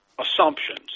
assumptions